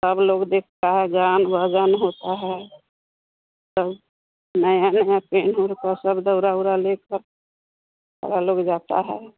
सब लोग देखता हे गान भजन होता है सब नया नया पेन्ह ओढ़ कर दौरा उरा लेकर लोग जाता है